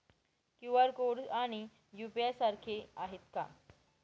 QR code आणि UPI सारखे आहेत का?